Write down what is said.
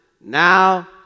Now